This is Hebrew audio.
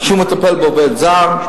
שהוא מטפל בעובד הזר,